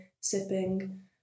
sipping